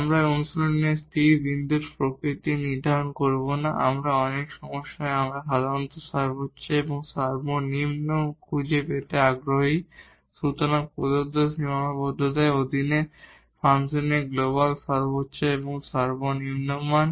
আমরা অনুশীলনে স্থির বিন্দুর প্রকৃতি নির্ধারণ করব না আমরা অনেক সমস্যায় আমরা সাধারণত মাক্সিমাম মিনিমাম খুঁজে পেতে আগ্রহী সুতরাং প্রদত্ত সীমাবদ্ধতার অধীনে ফাংশনের গ্লোবাল মাক্সিমাম মিনিমাম মান